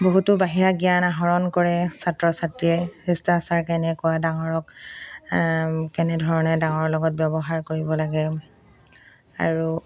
বহুতো বাহিৰা জ্ঞান আহৰণ কৰে ছাত্ৰ ছাত্ৰীয়ে শিষ্টাচাৰ কেনেকুৱা ডাঙৰক কেনেধৰণে ডাঙৰৰ লগত ব্যৱহাৰ কৰিব লাগে আৰু